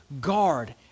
guard